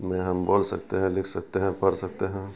میں ہم بول سکتے ہیں لکھ سکتے ہیں پڑھ سکتے ہیں